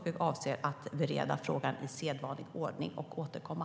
Vi avser att bereda frågan i sedvanlig ordning och återkomma.